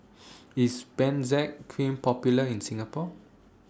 IS Benzac Cream Popular in Singapore